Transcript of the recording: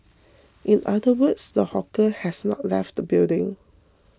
in other words the hawker has not left the building